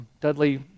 Dudley